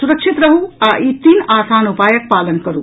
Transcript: सुरक्षित रहू आ ई तीन आसान उपायक पालन करू